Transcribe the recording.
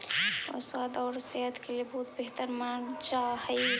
oats स्वाद और सेहत के लिए बहुत बेहतर मानल जा हई